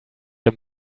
dem